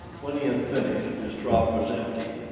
when he had finished, his trough was empty,